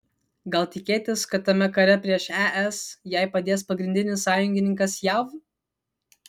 gal tikėtis kad tame kare prieš es jai padės pagrindinis sąjungininkas jav